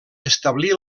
establir